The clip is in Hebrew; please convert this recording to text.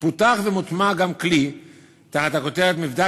פותח ומוטמע גם כלי תחת הכותרת "מבדק